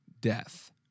death